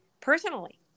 personally